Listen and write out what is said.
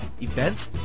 events